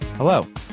Hello